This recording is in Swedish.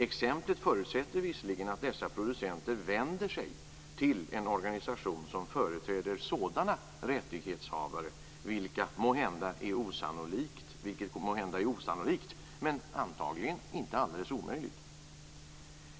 Exemplet förutsätter visserligen att dessa producenter vänder sig till en organisation som företräder sådana rättighetshavare, vilket måhända är osannolikt men antagligen inte alldeles omöjligt.